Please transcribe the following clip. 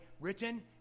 written